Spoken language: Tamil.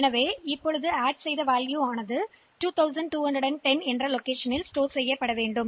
எனவே மதிப்பை 2210 எச் இடத்தில் சேமிக்க வேண்டும்